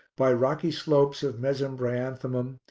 by rocky slopes of mesembryanthemum,